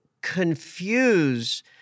Confuse